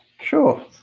Sure